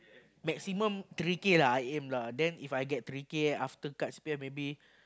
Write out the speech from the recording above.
maximum three K lah I aim lah then If I get three K after cuts P_M maybe